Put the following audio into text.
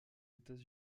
états